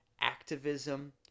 activism